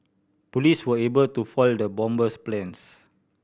police were able to foil the bomber's plans